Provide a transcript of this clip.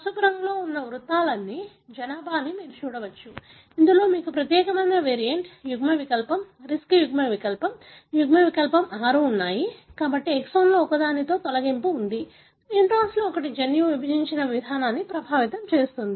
పసుపు రంగులో ఉన్న ఈ వృత్తాలన్నీ జనాభా అని మీరు చూడవచ్చు ఇందులో మీకు ప్రత్యేకమైన వేరియంట్ యుగ్మ వికల్పం రిస్క్ యుగ్మవికల్పం యుగ్మవికల్పం 6 ఉన్నాయి కాబట్టి ఎక్సోన్లలో ఒకదానిలో తొలగింపు ఉంది ఇంట్రాన్లలో ఒకటి జన్యువు విభజించబడిన విధానాన్ని ప్రభావితం చేస్తుంది